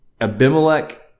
Abimelech